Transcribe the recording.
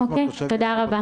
תודה רבה.